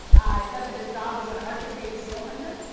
said that his job was an arctic baby seal hunter,